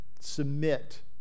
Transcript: submit